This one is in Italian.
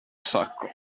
sacco